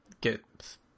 get